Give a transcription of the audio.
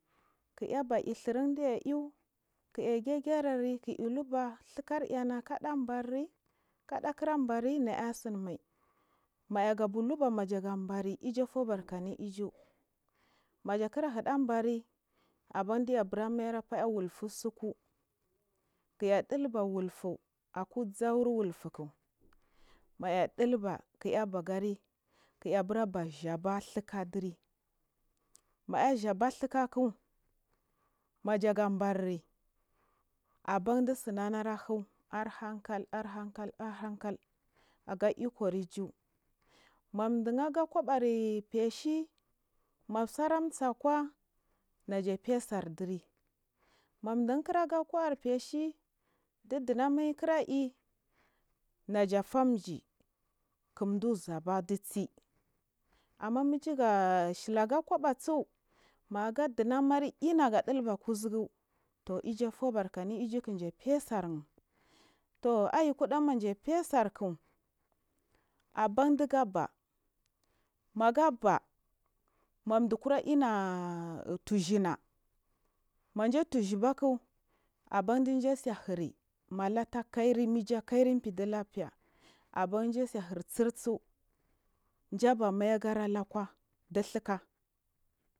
Kiyaba dhirdiya ew kiya gnagha rai kiya luba dhakar arnakada bari kaɗa kira bari naya tsimimai maya gabulubagan bari iju fubarki ni iju majakirshidɗan bari abandiya bur faiya wufu usuku kiya du a wulfu akuzaue wulfuk may dilba kiyakubagari kiyabujazha ba kaka diri maya zheba dhe kak magagan baryi aban ditsin anarahu arhamkal arhankal ga ikuriju maduaga kobar fishi ma sara tsukwa naja fesardin madu kiraga kwabar feshi chidina makris inaja famji kidi zuba ditsi amma ijuga shilega kwaba tsu naga gadi namariyu naga dibar kuzugu tur yafubarka anu iju kija fesarim tur aiykuda majafesaryik abban digaba magaba a madukun in thudluna maja thud lubaki abadija tsani hiri latuk yi mi ijukai fii dilabfeya ja jase har tsirsu jaba mairaga lakwa didhuka.